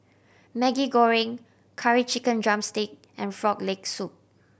Maggi Goreng Curry Chicken drumstick and Frog Leg Soup